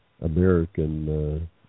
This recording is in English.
American